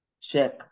check